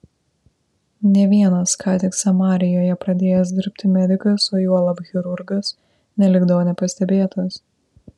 nė vienas ką tik samarijoje pradėjęs dirbti medikas o juolab chirurgas nelikdavo nepastebėtas